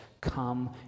come